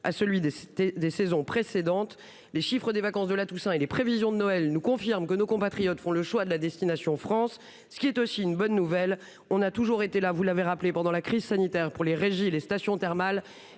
à celui des des saisons précédentes. Les chiffres des vacances de la Toussaint et les prévisions de Noël nous confirme que nos compatriotes font le choix de la destination France, ce qui est aussi une bonne nouvelle, on a toujours été là, vous l'avez rappelé pendant la crise sanitaire pour les régies les stations thermales